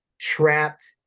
trapped